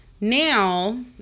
now